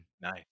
Nice